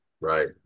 Right